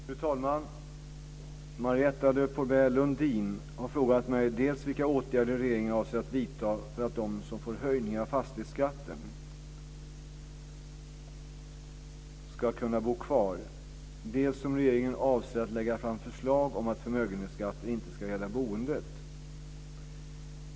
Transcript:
Fru talman! Marietta de Pourbaix-Lundin har frågat mig dels vilka åtgärder regeringen avser att vidta för att de som får höjningar av fastighetsskatten ska kunna bo kvar, dels om regeringen avser att lägga fram förslag om att förmögenhetsskatten inte ska gälla boendet.